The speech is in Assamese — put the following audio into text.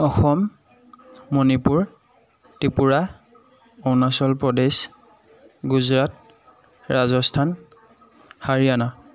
অসম মণিপুৰ ত্ৰিপুৰা অৰুণাচল প্ৰদেশ গুজৰাট ৰাজস্থান হাৰিয়ানা